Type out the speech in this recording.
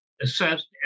assessed